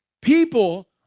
people